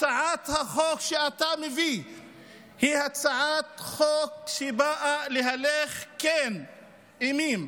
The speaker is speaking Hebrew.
הצעת החוק שאתה מביא היא הצעת חוק שבאה להלך אימים,